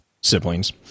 siblings